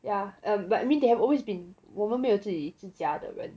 yeah err but I mean they have always been 我们没有自己自家的人